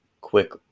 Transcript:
quick